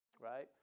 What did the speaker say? right